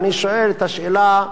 ואני שואל את השאלה,